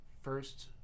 first